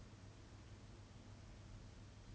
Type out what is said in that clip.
and like doing these kind of things to her